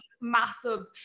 massive